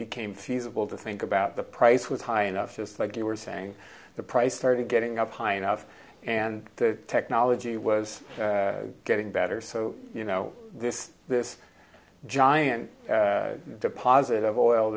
became feasible to think about the price was high enough just like you were saying the price started getting up high enough and the technology was getting better so you know this this giant deposit of oil